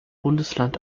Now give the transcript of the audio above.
bundesland